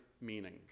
meaning